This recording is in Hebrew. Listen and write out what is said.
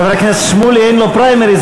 חבר הכנסת שמולי, אין לו פריימריז.